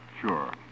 Sure